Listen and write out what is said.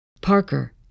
Parker